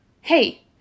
Hey